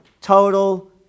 total